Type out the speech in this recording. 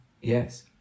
Yes